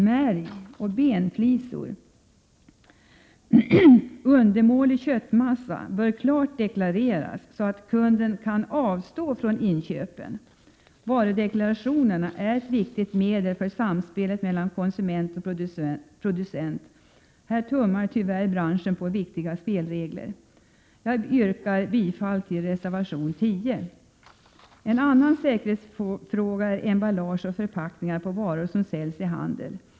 Märg, benflisor och undermålig köttmassa bör klart deklareras, så att kunden kan avstå från inköp. Varudeklarationen är ett viktigt medel i samspelet mellan konsument och producent. Här tummar tyvärr branschen på viktiga spelregler. Jag yrkar bifall till reservation 10. En annan säkerhetsfråga är emballage och förpackningar på varor som säljs i handeln.